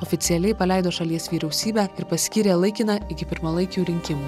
oficialiai paleido šalies vyriausybę ir paskyrė laikiną iki pirmalaikių rinkimų